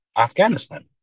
Afghanistan